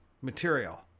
material